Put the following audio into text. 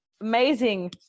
amazing